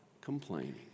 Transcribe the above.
complaining